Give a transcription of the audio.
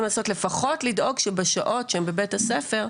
לעשות או לפחות לדאוג שבשעות שהם בבית הספר.